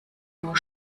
nur